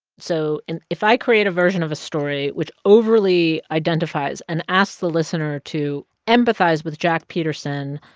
so and if i create a version of a story which overly identifies and asks the listener to empathize with jack peterson,